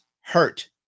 hurt